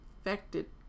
affected